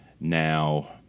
now